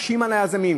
מקשים על היזמים,